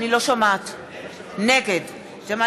נגד תמר